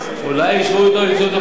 אולי אישרו אותו.